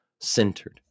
centered